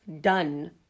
done